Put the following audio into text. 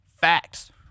facts